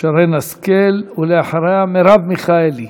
שרן השכל, ואחריה מרב מיכאלי.